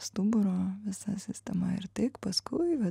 stuburo visa sistema ir tik paskui va